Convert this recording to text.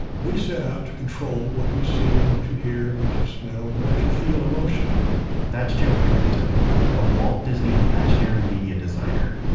we set out to control what you see and what you hear and what you smell. and what you feel emotionally that's joe herrington a walt disney imaginary media designer.